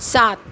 सात